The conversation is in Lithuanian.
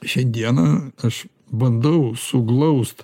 šiandieną aš bandau suglaust